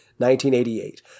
1988